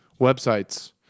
websites